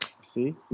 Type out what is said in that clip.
See